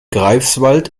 greifswald